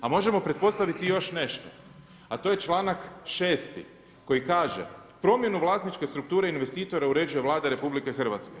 A možemo pretpostaviti i još nešto, a to je čl. 6. koji kaže, promjenu vlasničke strukture investitora uređuje Vlada RH.